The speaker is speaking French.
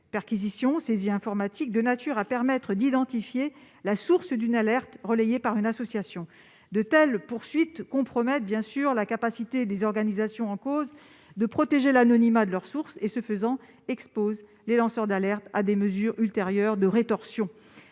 perquisitions, saisies informatiques -de nature à permettre d'identifier la source d'une alerte relayée par une association. De telles poursuites compromettent donc la capacité des organisations en cause de protéger l'anonymat de leurs sources et, ce faisant, exposent les lanceurs d'alerte à des mesures ultérieures de rétorsion.